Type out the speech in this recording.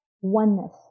Oneness